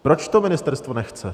Proč to ministerstvo nechce?